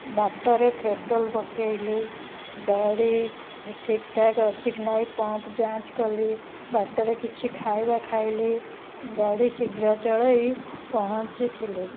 ବାଟରେ ପେଟ୍ରୋଲ୍ ପକାଇଲି ଗାଡ଼ି ଠିକ୍ ଠାକ୍ ଅଛି କି ନାହିଁ ପମ୍ପ ଯାଞ୍ଚ କଲି ବାଟରେ କିଛି ଖାଇବା ଖାଇଲି ଗାଡ଼ି ଶୀଘ୍ର ଚଳାଇ ପହଞ୍ଚିଥିଲି